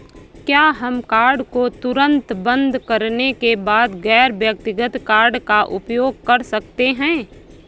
क्या हम कार्ड को तुरंत बंद करने के बाद गैर व्यक्तिगत कार्ड का उपयोग कर सकते हैं?